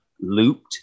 looped